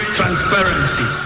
transparency